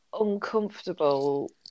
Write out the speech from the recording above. uncomfortable